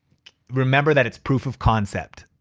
remember that it's proof of concept.